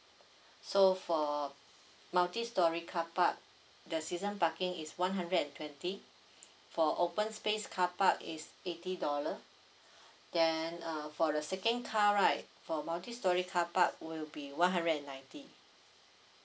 so for multistorey carpark the season parking is one hundred and twenty for open space carpark is eighty dollar then uh for the second car right for multistorey carpark will be one hundred and ninety